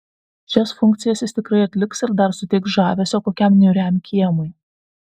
šias funkcijas jis tikrai atliks ir dar suteiks žavesio kokiam niūriam kiemui